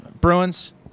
Bruins